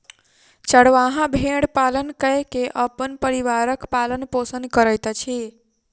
चरवाहा भेड़ पालन कय के अपन परिवारक पालन पोषण करैत अछि